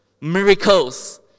miracles